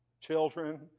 Children